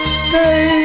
stay